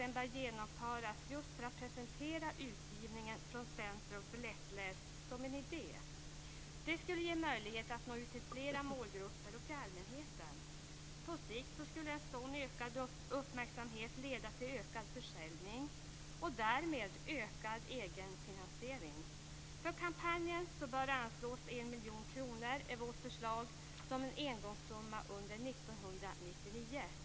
Den bör genomföras just för att presentera utgivningen från centrumet för lättläst som en idé. Det skulle ge möjlighet att nå ut till flera målgrupper och till allmänheten. För denna kampanj bör det enligt vårt förslag anslås 1 miljon kronor - det är vårt förslag - som en engångssumma under 1999.